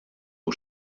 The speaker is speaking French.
aux